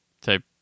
type